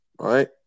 right